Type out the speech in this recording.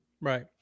Right